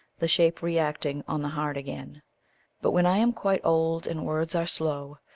the shape reacting on the heart again but when i am quite old, and words are slow,